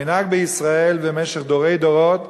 המנהג בישראל, במשך דורי דורות,